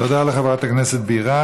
תודה לחברת הכנסת בירן.